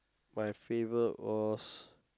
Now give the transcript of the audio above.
my favorite was